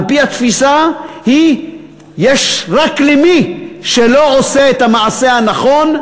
על-פי התפיסה יש רק למי שלא עושה את המעשה הנכון,